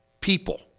people